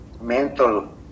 mental